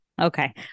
Okay